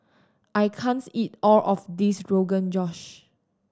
I can't eat all of this Rogan Josh